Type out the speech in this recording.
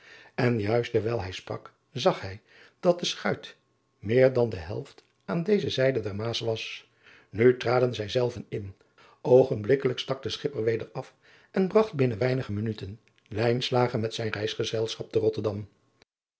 n juist terwijl hij sprak zag hij dat de schuit meer dan de helft aan deze zijde der aas was u traden zij dezelve in oogenblikkelijk stak de schipper weder af en bragt binnen weinige minuten driaan oosjes zn et leven van aurits ijnslager met zijn reisgezelschap te otterdam